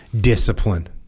discipline